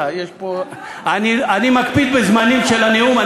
אני מקפיד בזמנים של הנאום.